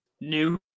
new